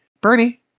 Bernie